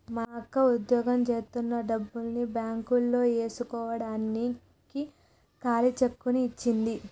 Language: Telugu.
మా అక్క వుద్యోగం జేత్తన్న డబ్బుల్ని బ్యేంకులో యేస్కోడానికి ఖాళీ చెక్కుని ఇచ్చింది